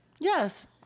Yes